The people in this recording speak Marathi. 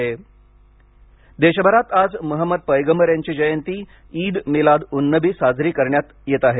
ईद शभेच्छा देशभरात आज महमद पैगंबर यांची जयंती ईद मिलाद उन नबी साजरी करण्यात येत आहे